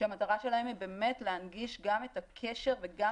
המטרה שלהם היא באמת להנגיש גם את הקשר וגם